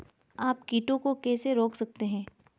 आप कीटों को कैसे रोक सकते हैं?